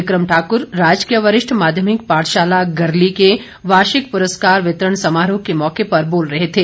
become Thakur राजकीय वरिष्ठ माध्यमिक पाठशाला गरली के वार्षिक पुरस्कार वितरण समारोह के मौके पर बोल रहे थे